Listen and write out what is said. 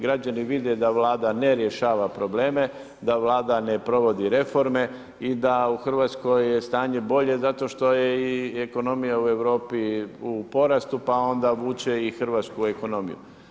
Građani vide da Vlada ne rješava probleme, da Vlada ne provodi reforme i da u Hrvatskoj je stanje bolje zato što je i ekonomija u Europi u porastu, pa onda vuče i Hrvatsku ekonomiju.